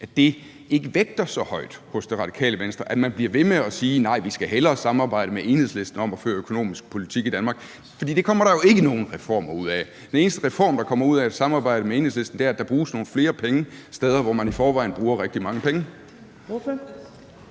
skabe, ikke vægter så højt hos Det Radikale Venstre, at man bliver ved med at sige: Nej, vi skal hellere samarbejde med Enhedslisten om at føre økonomisk politik i Danmark? For det kommer der jo ikke nogen reformer ud af. Den eneste reform, der kommer ud af et samarbejde med Enhedslisten, er, at der bruges nogle flere penge på steder, hvor man i forvejen bruger rigtig mange penge. Kl.